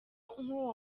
uwo